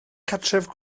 cartref